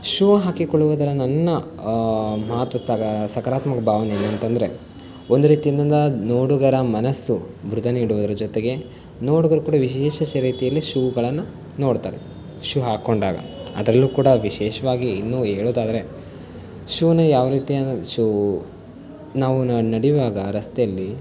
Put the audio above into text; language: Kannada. ಶೂ ಹಾಕಿಕೊಳ್ಳುದರ ನನ್ನ ಮಹತ್ವ ಸಕರಾತ್ಮಕ ಭಾವನೆ ಏನಂತಂದ್ರೆ ಒಂದು ರೀತಿಯಿಂದ ನೋಡುಗರ ಮನಸ್ಸು ಮುದ ನೀಡುವುದರ ಜೊತೆಗೆ ನೋಡುಗರು ಕೂಡ ವಿಶೇಷ ಶ ರೀತಿಯಲ್ಲಿ ಶೂಗಳನ್ನು ನೋಡ್ತಾರೆ ಶೂ ಹಾಕ್ಕೊಂಡಾಗ ಅದಲ್ಲೂ ಕೂಡ ವಿಶೇಷವಾಗಿ ಇನ್ನೂ ಹೇಳೋದಾದರೆ ಶೂನ ಯಾವ ರೀತಿಯ ಶೂ ನಾವು ನಡಿಯೋವಾಗ ರಸ್ತೆಯಲ್ಲಿ